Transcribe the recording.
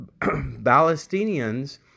Palestinians